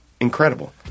incredible